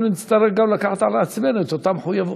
אנחנו נצטרך גם לקחת על עצמנו את אותה מחויבות.